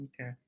Okay